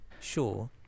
sure